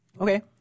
Okay